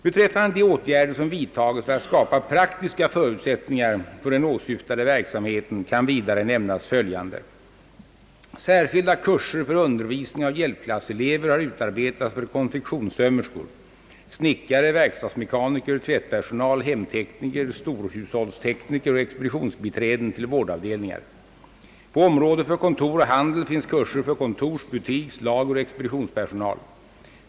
Beträffande de åtgärder som vidtagits för att skapa praktiska förutsättningar för den åsyftade verksamheten kan vidare nämnas följande. Särskilda kurser för undervisning av hjälpklasselever har utarbetats för konfektionssömmerskor, snickare, verkstadsmekaniker, tvättpersonal, hemtekniker, storhushållstekniker och expeditionsbiträden till vårdavdelningar. På området för kontor och handel finns kurser för kontors-, butiks-, lageroch expeditionspersonal.